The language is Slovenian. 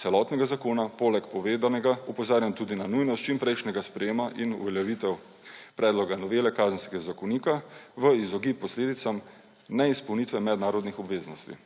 celotnega zakona poleg povedanega opozarjam tudi na nujnost čimprejšnjega sprejetja in uveljavitve predloga novele Kazenskega zakonika v izogib posledicam neizpolnitve mednarodnih obveznosti.